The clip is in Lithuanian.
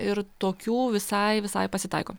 ir tokių visai visai pasitaiko